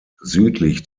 südlich